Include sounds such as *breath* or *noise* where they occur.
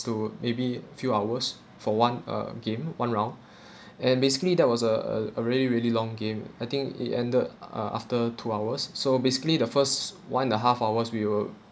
to maybe few hours for one uh game one round *breath* and basically that was uh a a really really long game I think it ended ah after two hours so basically the first one and a half hours we were